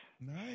Nice